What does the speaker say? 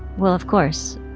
well, of course.